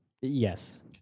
Yes